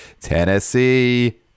Tennessee